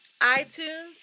iTunes